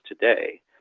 today